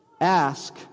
ask